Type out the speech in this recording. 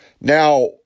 Now